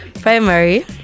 Primary